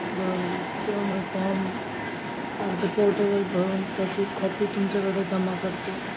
बरं तो म फॉर्म अर् ते पोर्टवर भरून त्याची कॉपी तुमच्याकडे जमा करतो